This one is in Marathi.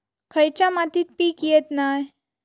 खयच्या मातीत पीक येत नाय?